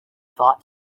thought